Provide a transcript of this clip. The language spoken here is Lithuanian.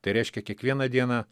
tai reiškia kiekvieną dieną